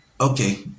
Okay